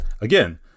again